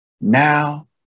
Now